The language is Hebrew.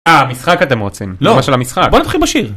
אה, משחק אתם רוצים. לא. כמו של המשחק? בוא נתחיל בשיר.